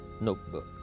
notebook